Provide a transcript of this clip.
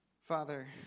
Father